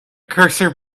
cursor